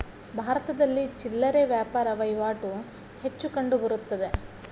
ಭಾರತದಲ್ಲಿ ಚಿಲ್ಲರೆ ವ್ಯಾಪಾರ ವಹಿವಾಟು ಹೆಚ್ಚು ಕಂಡುಬರುತ್ತದೆ